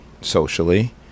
socially